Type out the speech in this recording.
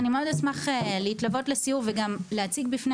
אני מאוד אשמח להתלוות לסיור וגם להציג בפני